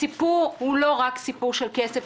הסיפור הוא לא רק סיפור של כסף.